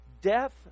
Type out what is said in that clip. death